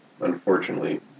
unfortunately